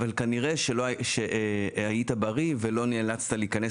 אבל כנראה שהיית בריא ולא נאלצת להיכנס